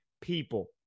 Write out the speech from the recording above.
people